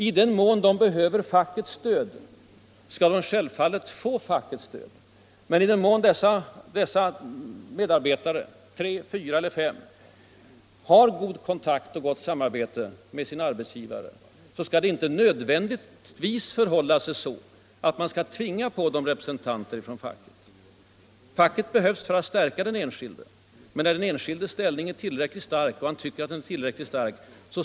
I den mån de behöver fackets stöd skall de självfallet få fackets stöd, men i den mån dessa medarbetare — tre, fyra eller fem — har god kontakt och gott samarbete med sin arbetsgivare skall man inte nödvändigtvis tvinga på dem representanter från facket. Facket behövs för att stärka den enskildes ställning, men när den enskilde anser att hans ställning är tillräckligt stark skall man inte tvinga på honom fackets företrädare.